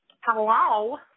Hello